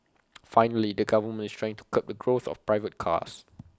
finally the government is trying to curb the growth of private cars